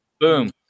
Boom